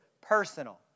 personal